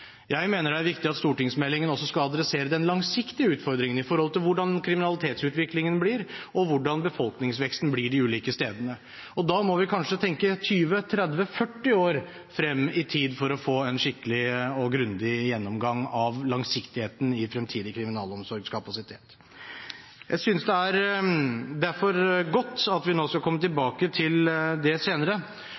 Jeg mener det er viktig at stortingsmeldingen også skal adressere den langsiktige utfordringen med hensyn til hvordan kriminalitetsutviklingen og befolkningsveksten blir de ulike stedene. Da må vi kanskje tenke 20, 30 og 40 år frem i tid for å få en skikkelig og grundig gjennomgang av langsiktigheten i fremtidig kriminalomsorgskapasitet. Jeg synes derfor det er godt at vi skal komme tilbake til det senere